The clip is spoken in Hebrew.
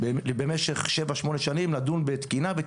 מבינים שהתקציבים הולכים לכיוון הזה וזה דבר